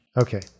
Okay